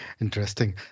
interesting